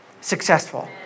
successful